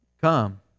come